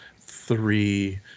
three